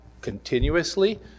continuously